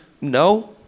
No